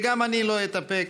וגם אני לא אתאפק,